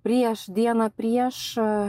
prieš dieną prieš